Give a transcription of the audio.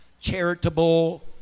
charitable